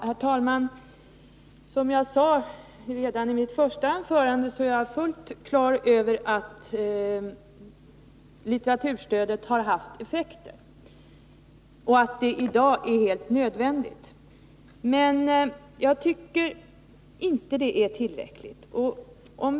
Herr talman! Som jag sade i mitt förra anförande är jag fullt klar över att litteraturstödet har haft effekt och att det i dag är helt nödvändigt. Jag tycker emellertid att det inte är tillräckligt.